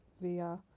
via